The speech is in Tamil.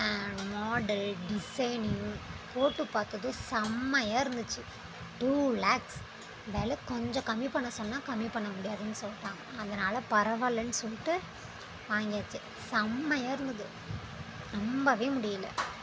மாடல் டிசைனிங் போட்டு பார்த்ததும் செம்மையாக இருந்துச்சு டூ லேக்ஸ் விலை கொஞ்சம் கம்மி பண்ண சொன்ன கம்மி பண்ண முடியாதுன்னு சொல்லிவிட்டான் அதனால பரவால்லன்னு சொல்லிவிட்டு வாங்கியாச்சு செம்மையாக இருந்துது நம்பவே முடியலை